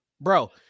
Bro